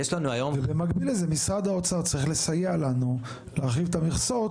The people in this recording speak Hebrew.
ובמקביל לזה משרד האוצר צריך לסייע לנו להגדיל את המכסות